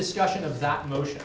discussion of that motion